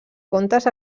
contes